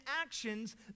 actions